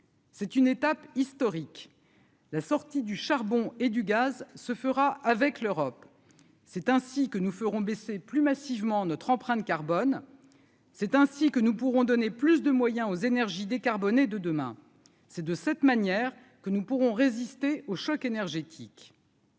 C'est une étape historique, la sortie du charbon et du gaz se fera avec l'Europe, c'est ainsi que nous ferons baisser plus massivement notre empreinte carbone, c'est ainsi que nous pourrons donner plus de moyens aux énergies décarbonnées de demain c'est de cette manière que nous pourrons résister au choc énergétique.